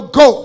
go